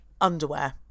underwear